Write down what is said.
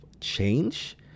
change